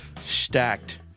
Stacked